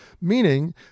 meaning